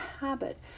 habit